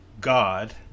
God